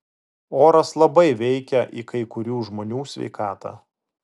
oras labai veikia į kai kurių žmonių sveikatą